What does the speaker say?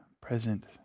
present